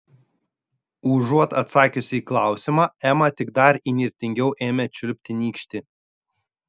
užuot atsakiusi į klausimą ema tik dar įnirtingiau ėmė čiulpti nykštį